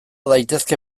daitezke